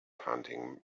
hunting